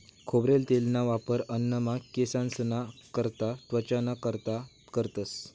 खोबरेल तेलना वापर अन्नमा, केंससना करता, त्वचाना कारता करतंस